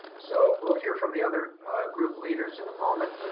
so we'll hear from the other group leaders in a moment,